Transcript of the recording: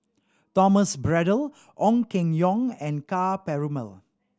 Thomas Braddell Ong Keng Yong and Ka Perumal